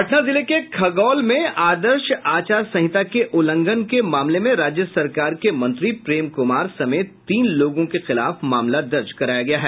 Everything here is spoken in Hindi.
पटना जिले के खगौल में आदर्श आचार संहित के उल्लंघन के मामले में राज्य सरकार के मंत्री प्रेम कुमार समेत तीन लोगों के खिलाफ मामला दर्ज कराया गया है